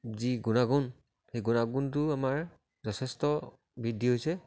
যি গুণাগুণ সেই গুণাগুণটো আমাৰ যথেষ্ট বৃদ্ধি হৈছে